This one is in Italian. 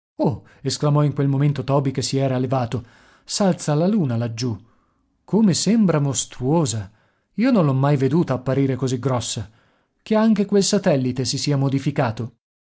esclamò in quel momento toby che si era levato s'alza la luna laggiù come sembra mostruosa io non l'ho mai veduta apparire così grossa che anche quel satellite si sia modificato